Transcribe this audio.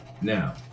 Now